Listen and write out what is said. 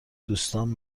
دوستام